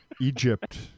Egypt